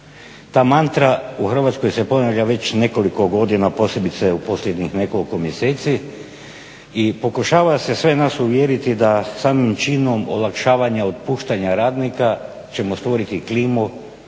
ta mantra u Hrvatskoj se ponavlja već nekoliko godina, posebice u posljednjih nekoliko mjeseci i pokušava se sve nas uvjeriti da samim činom olakšavanja otpuštanja radnika ćemo stvoriti klimu